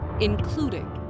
including